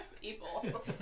people